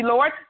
Lord